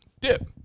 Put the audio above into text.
dip